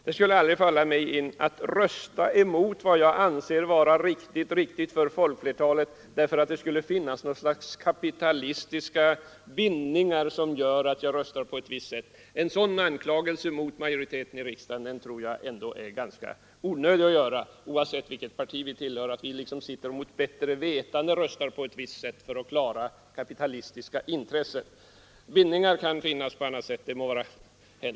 Det skulle aldrig falla mig in att rösta emot vad jag anser vara riktigt för folkflertalet därför att det skulle finnas några kapitalistiska bindningar som gör att jag röstar på ett visst sätt. Jag tror att det är ganska onödigt att rikta en anklagelse mot majoriteten i riksdagen — oavsett vilket parti vi tillhör — att vi mot bättre vetande röstar på ett visst sätt för att klara kapitalistiska intressen. Bindningar kan finnas på annat sätt; det må vara hänt.